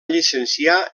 llicenciar